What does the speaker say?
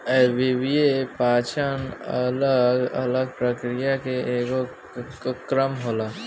अव्ययीय पाचन अलग अलग प्रक्रिया के एगो क्रम होला